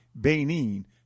Benin